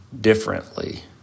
differently